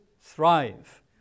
thrive